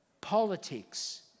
politics